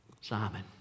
Simon